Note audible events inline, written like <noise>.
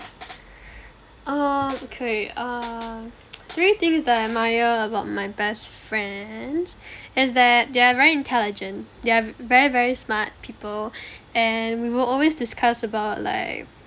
err okay err <noise> three things that I admire about my best friends is that they are very intelligent they are very very smart people <breath> and we will always discuss about like